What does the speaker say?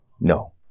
no